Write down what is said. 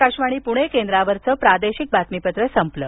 आकाशवाणी पृणे केंद्रावरचं प्रादेशिक बातमीपत्र संपलं